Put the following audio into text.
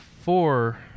four